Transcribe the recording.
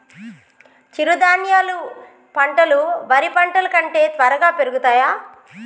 చిరుధాన్యాలు పంటలు వరి పంటలు కంటే త్వరగా పెరుగుతయా?